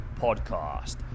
podcast